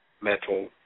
metal